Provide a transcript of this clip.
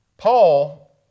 Paul